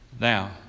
Now